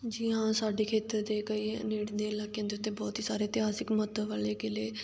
ਜੀ ਹਾਂ ਸਾਡੇ ਖੇਤਰ ਦੇ ਕਈ ਨੇੜਲੇ ਇਲਾਕਿਆਂ ਦੇ ਉੱਤੇ ਬਹੁਤ ਹੀ ਸਾਰੇ ਇਤਿਹਾਸਿਕ ਮਹੱਤਵ ਵਾਲੇ ਕਿਲ੍ਹੇ